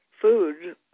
food